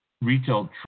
retail